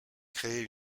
créer